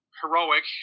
heroic